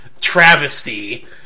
Travesty